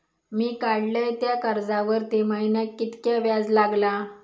मी काडलय त्या कर्जावरती महिन्याक कीतक्या व्याज लागला?